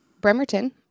Bremerton